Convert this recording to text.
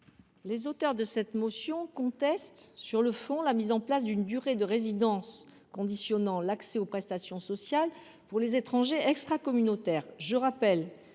Les auteurs de cette motion contestent sur le fond la mise en place d’une durée de résidence conditionnant l’accès aux prestations sociales pour les étrangers extracommunautaires.